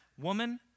Woman